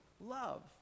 love